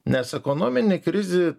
nes ekonominė krizė